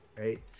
Right